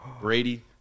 Brady